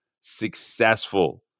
successful